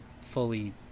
fully